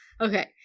okay